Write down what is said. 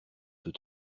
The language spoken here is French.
tout